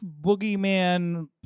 boogeyman